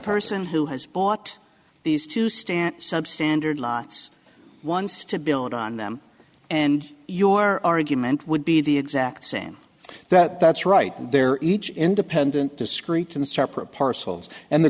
person who has bought these two stand substandard lots once to build on them and your argument would be the exact same that that's right they're each independent discrete and separate parcels and the